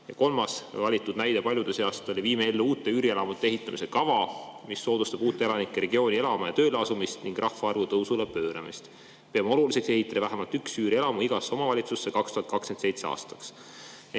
Ja kolmas valitud näide paljude seast on: viime ellu uute üürielamute ehitamise kava, mis soodustab uute elanike regiooni elama ja tööle asumist ning rahvaarvu tõusule pööramist; peame oluliseks ehitada vähemalt üks üürielamu igasse omavalitsusse 2027. aastaks.